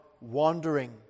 wandering